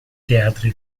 teatri